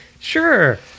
sure